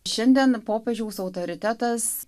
šiandien popiežiaus autoritetas